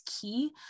key